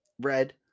red